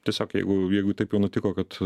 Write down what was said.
tiesiog jeigu jeigu taip jau nutiko kad